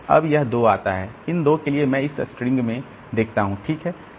अब यह 2 आता है इन 2 के लिए मैं इस स्ट्रिंग में देखता हूं ठीक है